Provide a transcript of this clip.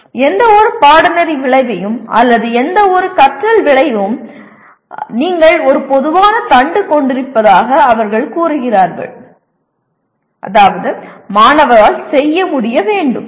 எந்தவொரு பாடநெறி விளைவையும் அல்லது எந்தவொரு கற்றல் விளைவையும் நீங்கள் ஒரு பொதுவான தண்டு கொண்டிருப்பதாக அவர்கள் கூறுகிறார்கள் " மாணவரால் செய்ய முடிய வேண்டும்"